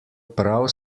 prav